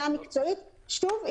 שוב,